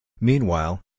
Meanwhile